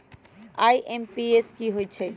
IMPS की होईछइ?